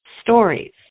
stories